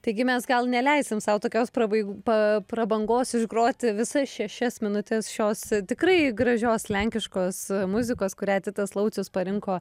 taigi mes gal neleisim sau tokios prabai prabangos išgroti visas šešias minutes šios tikrai gražios lenkiškos muzikos kurią titas laucius parinko